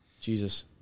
Jesus